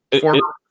former